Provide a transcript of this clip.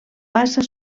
passa